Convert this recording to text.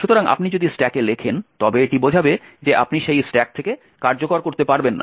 সুতরাং আপনি যদি স্ট্যাকে লেখেন তবে এটি বোঝাবে যে আপনি সেই স্ট্যাক থেকে কার্যকর করতে পারবেন না